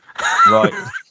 right